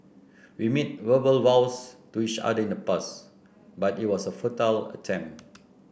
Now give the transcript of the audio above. we made verbal vows to each other in the past but it was a futile attempt